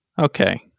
Okay